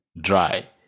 dry